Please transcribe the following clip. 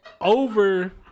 over